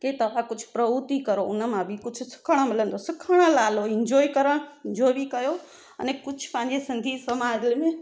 कि तव्हां कुझु प्रवृति करो उन मां बि कुझु सिखणु मिलंदो सिखणु लालो इंजॉय करण बि कयो अने कुझु पंहिंजे सिंधी समाज लाइ बि